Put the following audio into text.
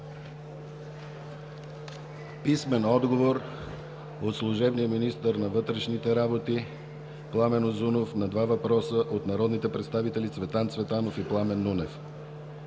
Захариева; - служебния министър на вътрешните работи Пламен Узунов на два въпроса от народните представители Цветан Цветанов и Пламен Нунев.